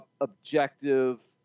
objective